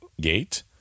gate